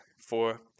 four